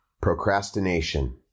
Procrastination